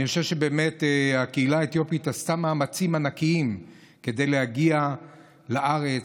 אני חושב שבאמת הקהילה האתיופית עשתה מאמצים ענקיים כדי להגיע לארץ,